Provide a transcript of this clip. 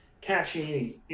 catching